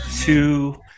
two